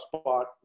spot